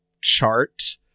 chart